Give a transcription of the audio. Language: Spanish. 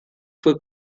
fue